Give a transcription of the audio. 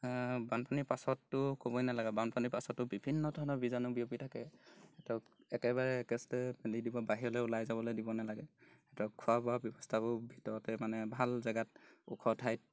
বানপানীৰ পাছতো ক'বই নালাগে বানপানীৰ পাছতো বিভিন্ন ধৰণৰ বীজাণু বিয়পি থাকে সিহঁতক একেবাৰে একেষ্টে মেলি দিব বাহিৰলৈ ওলাই যাবলৈ দিব নালাগে সিহঁতক খোৱা বোৱা ব্যৱস্থাবোৰ ভিতৰতে মানে ভাল জেগাত ওখ ঠাইত